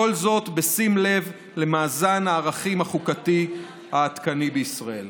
כל זאת בשים לב למאזן הערכים החוקתי העדכני בישראל.